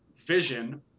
Vision